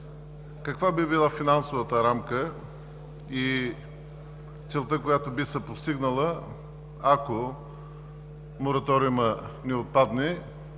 каква би била финансовата рамка и целта, която би се постигнала, ако мораториумът не отпадне?